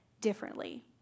differently